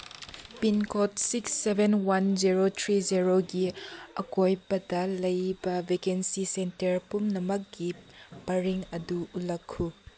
pincode six seven one zero three ꯖꯦꯔꯣꯒꯤ ꯑꯀꯣꯏꯕꯗ ꯂꯩꯕ ꯚꯦꯀꯦꯟꯁꯤ ꯁꯦꯟꯇꯔ ꯄꯨꯝꯅꯃꯛꯀꯤ ꯄꯔꯤꯡ ꯑꯗꯨ ꯎꯠꯂꯛꯈꯨ